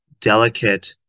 delicate